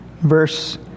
verse